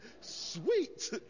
sweet